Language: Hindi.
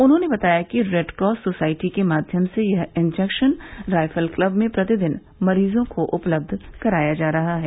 उन्होंने बताया कि रेडक्रॉस सोसाइटी के माध्यम से यह इंजेक्शन रायफल क्लब में प्रतिदिन मरीजों को उपलब्ध कराया जा रहा है